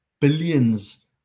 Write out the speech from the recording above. billions